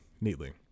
neatly